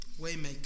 Waymaker